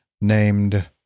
named